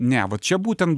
ne va čia būtent